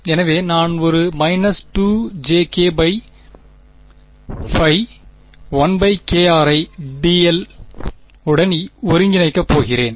எனவே நான் ஒரு 2jk π 1 kr ஐ dl உடன் ஒருங்கிணைக்கப் போகிறேன்